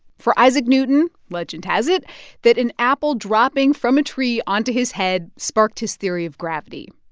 for isaac newton, legend has it that an apple dropping from a tree onto his head sparked his theory of gravity.